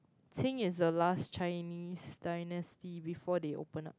Qing is the last Chinese dynasty before they opened up